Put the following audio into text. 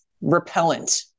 repellent